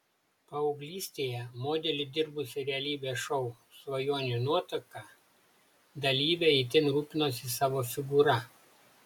paauglystėje modeliu dirbusi realybės šou svajonių nuotaka dalyvė itin rūpinosi savo figūra